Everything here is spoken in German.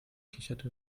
kicherte